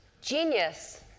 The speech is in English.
Genius